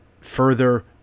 further